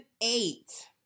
eight